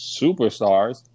superstars